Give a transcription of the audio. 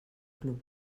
club